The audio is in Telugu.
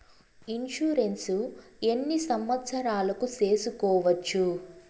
ఇన్సూరెన్సు ఎన్ని సంవత్సరాలకు సేసుకోవచ్చు?